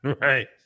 Right